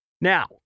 Now